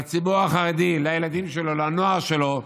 לציבור החרדי, לילדים שלו, לנוער שלו,